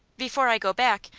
before i go back,